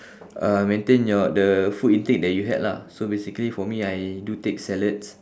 uh maintain your the food intake that you had lah so basically for me I do take salads